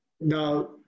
Now